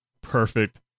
perfect